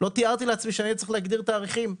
לא תיארתי לעצמי שהיה צריך להגדיר תאריכים.